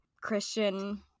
christian